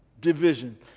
division